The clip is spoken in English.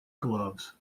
gloves